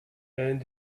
and